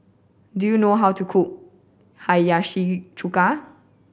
do you know how to cook Hiyashi Chuka